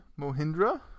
Mohindra